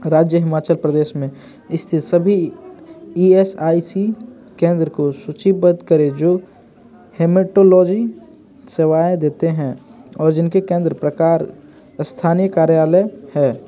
राज्य हिमाचल प्रदेश में स्थित सभी ई एस आई सी केंद्रों को सूचिबद्ध करें जो हेमेटोलॉजी सेवाएँ देते हैं और जिनके केंद्र प्रकार स्थानीय कार्यालय हैं